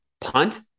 Punt